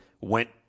Went